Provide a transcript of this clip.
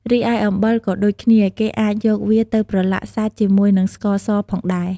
រីឯអំបិលក៏ដូចគ្នាគេអាចយកវាទៅប្រឡាក់សាច់ជាមួយនិងស្ករសផងដែរ។